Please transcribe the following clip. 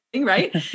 Right